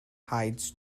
hides